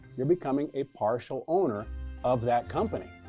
you're becoming a partial owner of that company.